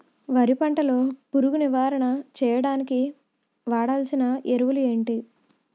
వరి పంట లో పురుగు నివారణ చేయడానికి వాడాల్సిన ఎరువులు ఏంటి?